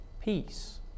peace